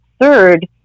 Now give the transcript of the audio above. Third